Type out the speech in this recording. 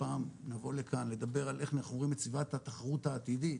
פעם נבוא לכאן לדבר על איך אנחנו רואים את סביבת התחרות העתידית